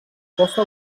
costa